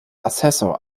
assessor